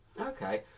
Okay